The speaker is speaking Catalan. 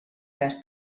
braç